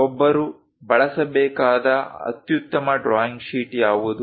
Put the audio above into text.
ಒಬ್ಬರು ಬಳಸಬೇಕಾದ ಅತ್ಯುತ್ತಮ ಡ್ರಾಯಿಂಗ್ ಶೀಟ್ ಯಾವುದು